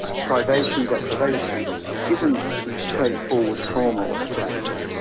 ah privation, deprivation isn't straightforward trauma or stress.